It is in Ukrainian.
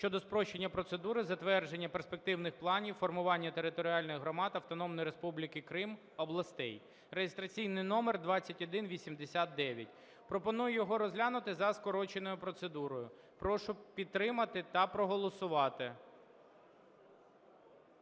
(щодо спрощення процедури затвердження перспективних планів формування територій громад Автономної Республіки Крим, областей) (реєстраційний номер 2189). Пропоную його розглянути за скороченою процедурою. Прошу підтримати та проголосувати.